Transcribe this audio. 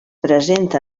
presenta